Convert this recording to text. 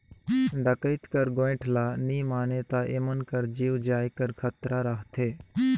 डकइत कर गोएठ ल नी मानें ता एमन कर जीव जाए कर खतरा रहथे